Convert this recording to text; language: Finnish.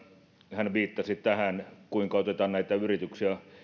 hän viittasi tähän kuinka otetaan yrityksiä